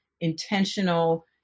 intentional